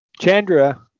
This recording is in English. Chandra